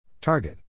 Target